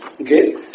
Okay